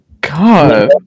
God